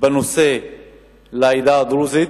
של הנושא לעדה הדרוזית.